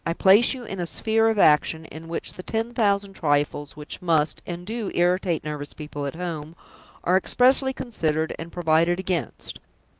i place you in a sphere of action in which the ten thousand trifles which must, and do, irritate nervous people at home are expressly considered and provided against.